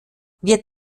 wir